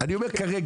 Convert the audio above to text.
אני אומר כרגע.